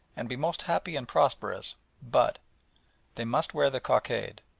and be most happy and prosperous but they must wear the cockade,